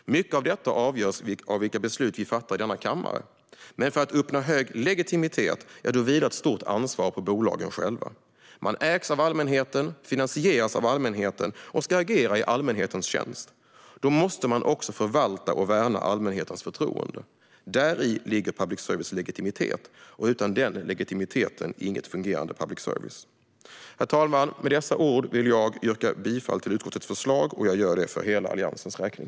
Mycket av detta avgörs av vilka beslut vi fattar i denna kammare, men för att uppnå hög legitimitet vilar ett stort ansvar på bolagen själva. Man ägs av allmänheten, finansieras av allmänheten och ska agera i allmänhetens tjänst. Då måste man också förvalta och värna allmänhetens förtroende. Däri ligger public services legitimitet, och utan den legitimiteten finns ingen fungerande public service. Herr talman! Med dessa ord vill jag yrka bifall till utskottets förslag, och jag gör det för hela Alliansens räkning.